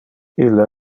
ille